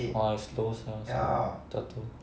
!wah! you slow sia slow turtle